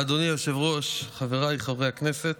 אדוני היושב-ראש, חבריי חברי הכנסת,